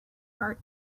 heart